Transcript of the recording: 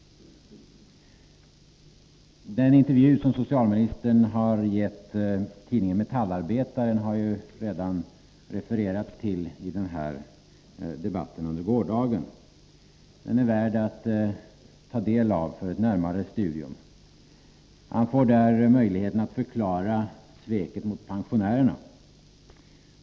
Den intervju som socialministern har gett tidningen Metallarbetaren har redan refererats i gårdagens debatt. Den är värd ett närmare studium. Socialministern får där möjlighet att förklara sveket mot pensionärerna.